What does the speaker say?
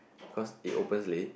cause it opens late